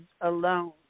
alone